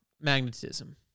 Magnetism